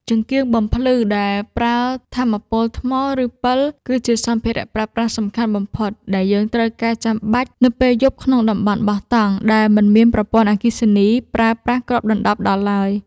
ចង្កៀងបំភ្លឺដែលប្រើថាមពលថ្ម ឬ ពិលគឺជាសម្ភារៈប្រើប្រាស់សំខាន់បំផុតដែលយើងត្រូវការចាំបាច់នៅពេលយប់ក្នុងតំបន់បោះតង់ដែលមិនមានប្រព័ន្ធអគ្គិសនីប្រើប្រាស់គ្របដណ្ដប់ដល់ឡើយ។